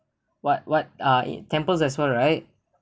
what what ah in temples as well right